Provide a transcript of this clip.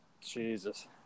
Jesus